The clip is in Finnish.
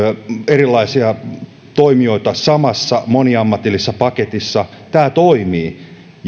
erilaisia toimijoita samassa moniammatillisessa paketissa tämä toimii